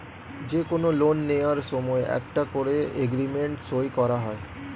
যে কোনো লোন নেয়ার সময় একটা করে এগ্রিমেন্ট সই করা হয়